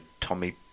Tommy